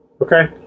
Okay